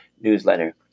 newsletter